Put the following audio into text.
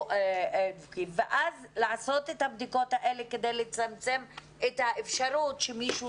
צריך לעשות את הבדיקות האלה כדי לצמצם אפשרות שילדים